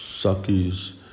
Saki's